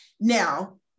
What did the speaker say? Now